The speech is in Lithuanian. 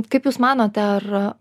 kaip jūs manote ar